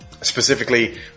Specifically